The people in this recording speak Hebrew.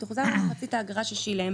תוחזר מחצית האגרה ששילם".